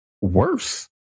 worse